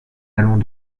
allons